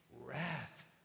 wrath